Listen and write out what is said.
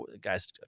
guys